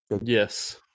Yes